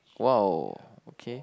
!wow! okay